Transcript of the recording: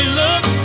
look